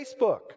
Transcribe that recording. Facebook